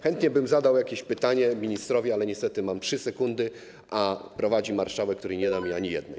Chętnie bym zadał jakieś pytanie ministrowi, ale niestety mam 3 sekundy, a prowadzi marszałek, który nie da mi ani jednej.